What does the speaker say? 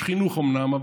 איש חינוך אומנם,